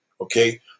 okay